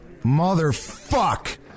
Motherfuck